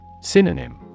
Synonym